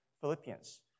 Philippians